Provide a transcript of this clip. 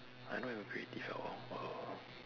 I not even creative at all err